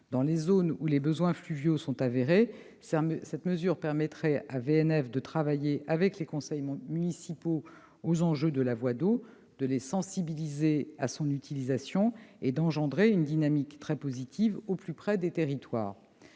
Dans les zones où les besoins fluviaux sont avérés, cette mesure permettrait à VNF de travailler avec les conseils municipaux sur les enjeux de la voie d'eau, de sensibiliser ces assemblées à son utilisation et de créer une dynamique très positive au plus près des territoires.